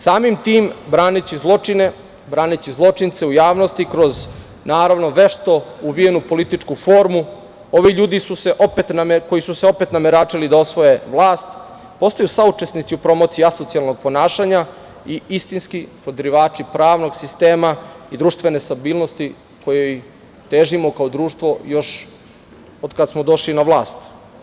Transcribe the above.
Samim tim braneći zločine, braneći zločince u javnosti kroz vešto uvijenu političku formu ovi ljudi koji su se opet nameračili da osvoje vlast, postaju saučesnici u promociji asocijalnog ponašanja i istinski podrivači pravnog sistema, društvene stabilnosti kojoj težimo kao društvo još od kada smo došli na vlast.